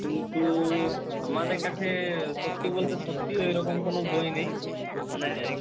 কিন্তু আমাদের কাছে সত্যি বলতে সত্যিই ওই রকম কোনো বই নেই মানে